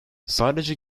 sadece